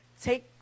Take